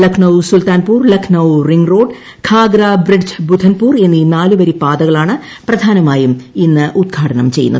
Lucknow Sultanpur Lucknow ring road Khagra bridge Budhanpur എന്നീ നാലുവരിപാതകളാണ് പ്രധാനമായും ഇന്ന് ഉദ്ഘാടനം ചെയ്യുന്നത്